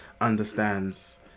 understands